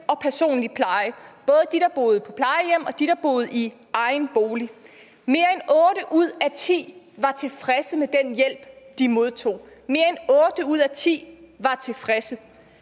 og personlig pleje, både dem, der boede på plejehjem, og dem, der boede i egen bolig. Mere end 8 ud af 10 var tilfredse med den hjælp, de modtog – mere end 8 ud af 10 var tilfredse!